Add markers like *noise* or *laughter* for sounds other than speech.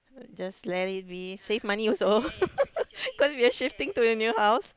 just let it be save money also *laughs* cause we are shifting to a new house